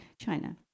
China